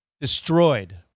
destroyed